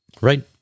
Right